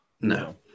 No